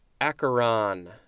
Acheron